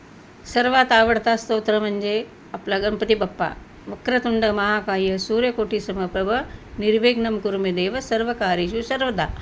सर्वात आवडता स्तोत्र म्हणजे आपलं गणपतीबाप्पा वक्रतुंड महाकाय सूर्यकोटी समप्रभ निर्विघ्नम कुरुमे देव सर्व कार्येषु सर्वदा